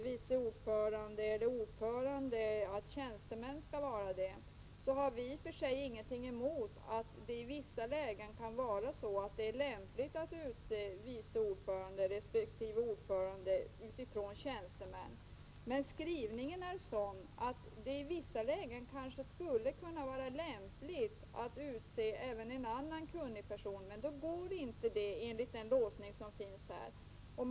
Vi har ingenting emot att det i vissa lägen kan vara lämpligt att utse en tjänsteman till ordförande eller vice ordförande i skattenämnd. I andra lägen kan det emellertid vara lämpligt att utse även annan person, men utskottets skrivning innebär en sådan låsning att det inte går.